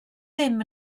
ddim